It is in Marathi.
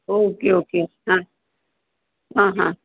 ओके ओके हां हां हां